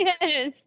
Yes